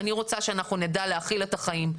אני רוצה שאנחנו נדע להכיל את החיים.